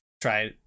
try